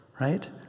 right